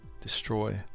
destroy